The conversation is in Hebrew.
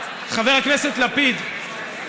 חבר הכנסת לפיד,